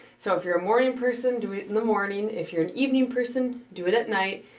so, if you're a morning person, do it in the morning. if you're an evening person, do it at night.